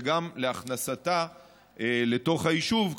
וגם להכנסתה לתוך היישוב,